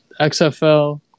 XFL